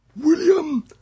William